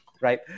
right